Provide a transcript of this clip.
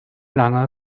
lange